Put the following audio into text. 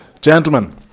Gentlemen